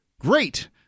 great